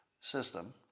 system